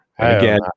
Again